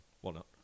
whatnot